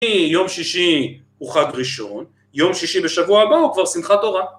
יום שישי הוא חג ראשון, יום שישי בשבוע הבא הוא כבר שמחת תורה.